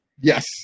Yes